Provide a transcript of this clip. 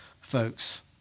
folks